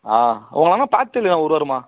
ஆ உங்களை ஆனால் பார்த்ததில்லையே ஒரு வாரமாக